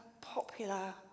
popular